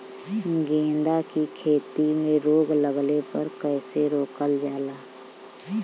गेंदा की खेती में रोग लगने पर कैसे रोकल जाला?